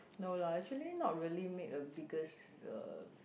no lah actually not really make a biggest uh